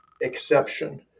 exception